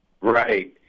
Right